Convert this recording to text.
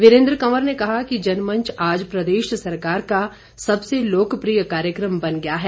वीरेन्द्र कंवर ने कहा कि जनमंच आज प्रदेश सरकार का सबसे लोकप्रिय कार्यकम बन गया है